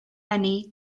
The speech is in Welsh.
eni